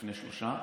לפני שלושה,